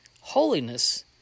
holiness